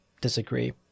disagree